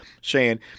Shane